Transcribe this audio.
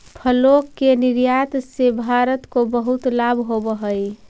फलों के निर्यात से भारत को बहुत लाभ होवअ हई